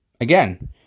again